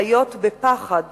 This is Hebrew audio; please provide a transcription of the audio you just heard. חיות בפחד